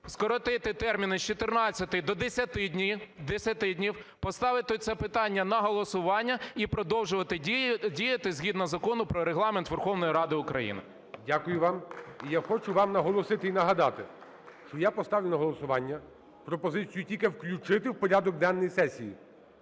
скоротити терміни з 14 до 10 днів, поставити це питання на голосування і продовжувати діяти, згідно Закону "Про Регламент Верховної Ради України". ГОЛОВУЮЧИЙ. Дякую вам. І я хочу вам наголосити і нагадати, що я поставлю на голосування пропозицію тільки включити в порядок денний сесії.